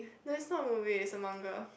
that's not a movie it's a manga